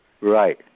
Right